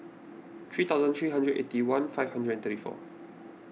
three thousand three hundred eighty one five hundred and thirty four